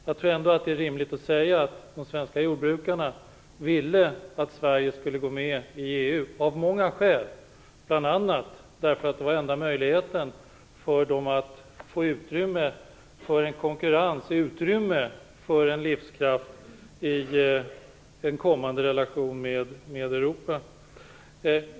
Jag tror ändå att det är rimligt att säga att de svenska jordbrukarna ville att Sverige skulle gå in i EU - av många skäl, bl.a. därför att det var den enda möjligheten för dem att få utrymme för en konkurrens och en livskraft i en kommande relation med Europa.